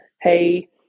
hey